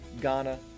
Ghana